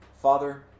Father